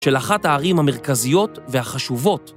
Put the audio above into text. של אחת הערים המרכזיות והחשובות.